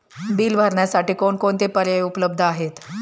Bill भरण्यासाठी कोणकोणते पर्याय उपलब्ध आहेत?